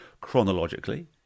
chronologically